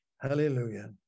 hallelujah